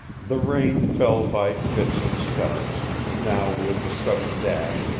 the rain fell by fits and starts, now with a sudden dash,